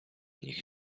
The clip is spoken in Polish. nich